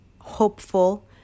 hopeful